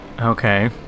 Okay